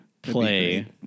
play